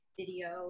video